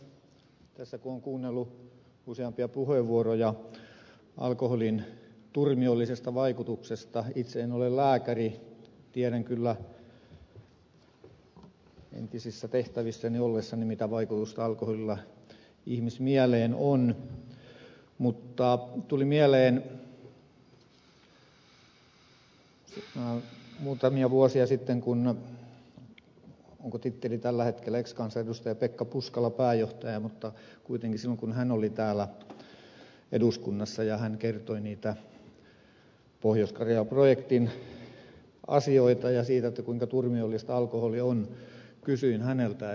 kun tässä on kuunnellut useampia puheenvuoroja alkoholin turmiollisesta vaikutuksesta itse en ole lääkäri mutta tiedän kyllä entisissä tehtävissäni oltuani mitä vaikutusta alkoholilla ihmismieleen on niin tuli mieleen kun muutamia vuosia sitten pekka puska onko ex kansanedustaja pekka puskan titteli tällä hetkellä pääjohtaja oli täällä eduskunnassa ja kertoi niistä pohjois karjala projektin asioista ja siitä kuinka turmiollista alkoholi on